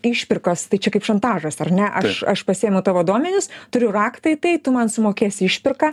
išpirkos tai čia kaip šantažas ar ne aš aš pasiėmiau tavo duomenis turiu raktą į tai tu man sumokėsi išpirką